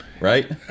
right